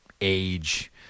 age